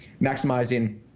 maximizing